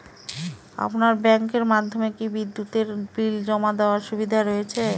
আপনার ব্যাংকের মাধ্যমে কি বিদ্যুতের বিল জমা দেওয়ার সুবিধা রয়েছে?